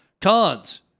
Cons